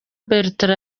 bertrand